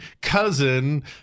cousin